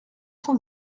cent